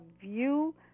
view